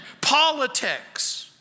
politics